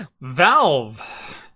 Valve